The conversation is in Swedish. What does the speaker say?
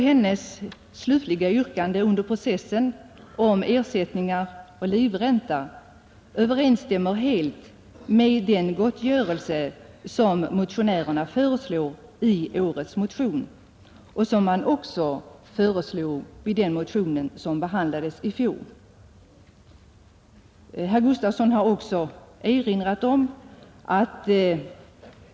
Hennes slutliga yrkande under processen om ersättningar och livränta överensstämmer helt med den gottgörelse som motionärerna föreslår i årets motion och som också föreslogs i den motion som behandlades i fjol.